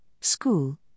school